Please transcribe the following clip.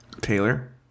Taylor